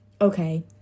okay